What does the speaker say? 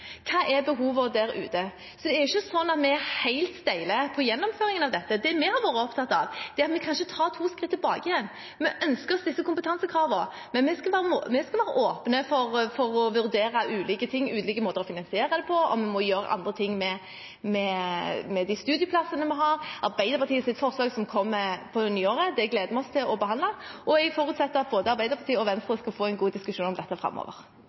Hva er behovene der ute? Det er ikke sånn at vi er helt steile når det gjelder gjennomføringen av dette. Det vi har vært opptatt av, er at vi kanskje tar to skritt tilbake. Vi ønsker å spisse kompetansekravene, men vi skal være åpne for å vurdere ulike måter å finansiere dette på – og om man må gjøre andre ting med studieplassene. Vi gleder oss til å behandle Arbeiderpartiets forslag, som kommer på nyåret. Jeg forutsetter at både Arbeiderpartiet og Venstre skal få en god diskusjon om dette framover.